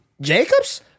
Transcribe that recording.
Jacobs